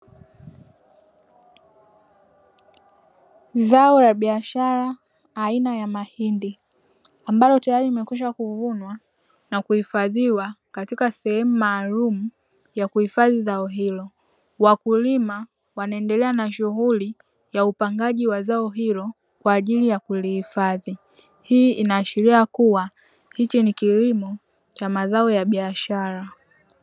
Zao la biashara aina ya mahindi ambalo tayari limekishwa kuvunwa na kuhifadhiwa katika sehemu maalumu ya kuhifadhi zao hilo, wakulima wanaendelea na shughuli ya upangaji wa zao hilo kwa ajili ya kulihifadhi. Hii inaashiria kuwa hichi ni kilimo cha mazao ya biashara.